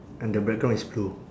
and the background is blue